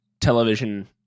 television